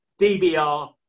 DBR